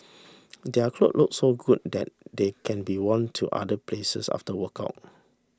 their cloth look so good that they can be worn to other places after workout